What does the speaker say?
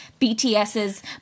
BTS's